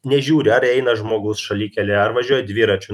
nežiūri ar eina žmogus šalikelėje ar važiuoja dviračiu